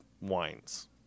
wines